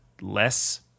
less